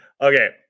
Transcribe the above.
Okay